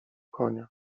konia